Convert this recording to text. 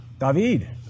David